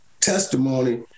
testimony